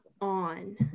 on